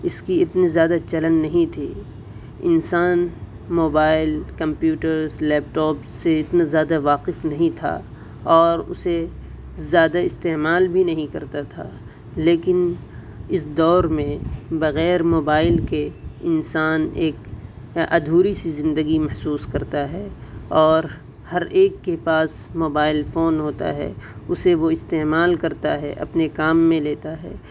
اس کی اتنی زیادہ چلن نہیں تھی انسان موبائل کمپیوٹرس لیپ ٹاپ سے اتنا زیادہ واقف نہیں تھا اور اسے زیادہ استعمال بھی نہیں کرتا تھا لیکن اس دور میں بغیر موبائل کے انسان ایک ادھوری سی زندگی محسوس کرتا ہے اور ہر ایک کے پاس موبائل فون ہوتا ہے اسے وہ استعمال کرتا ہے اپنے کام میں لیتا ہے